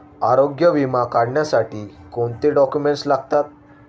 आरोग्य विमा काढण्यासाठी कोणते डॉक्युमेंट्स लागतात?